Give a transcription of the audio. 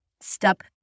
Step